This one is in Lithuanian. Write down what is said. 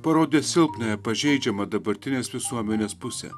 parodė silpnąją pažeidžiamą dabartinės visuomenės pusę